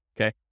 Okay